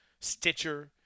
Stitcher